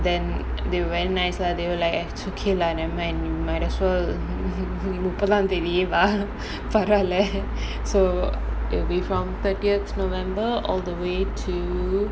then they were very nice lah they were like it's okay lah never mind you might as well முப்பதான் தேதியே வா பரவால்ல:muppathaan thaethiyae vaa paravaala so it'll be from thirtieth november all the way to